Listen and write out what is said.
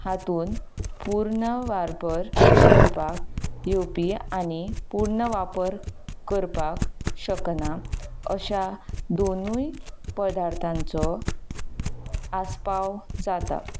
हातूंत पूर्ण वापर करपाक येवपी आनी पूर्ण वापर करपाक शकना अश्या दोनूय पदार्थांचो आस्पाव जाता